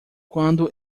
quando